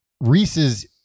Reese's